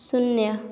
शून्य